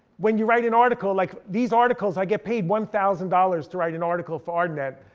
when you write an article like these articles, i get paid one thousand dollars to write an article for artnet.